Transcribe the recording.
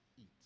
eat